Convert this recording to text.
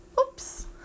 Oops